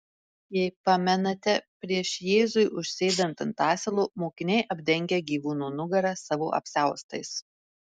jei pamenate prieš jėzui užsėdant ant asilo mokiniai apdengia gyvūno nugarą savo apsiaustais